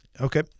Okay